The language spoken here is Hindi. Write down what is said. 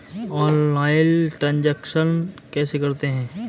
ऑनलाइल ट्रांजैक्शन कैसे करते हैं?